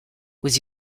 was